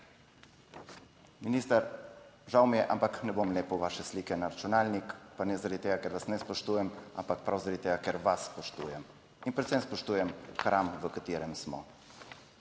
Minister, žal mi je, ampak ne bom lepil vaše slike na računalnik, pa ne zaradi tega, ker vas ne spoštujem, ampak prav zaradi tega, ker vas spoštujem in predvsem spoštujem hram v katerem smo.